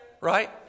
right